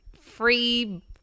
free